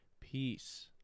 Peace